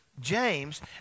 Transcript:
James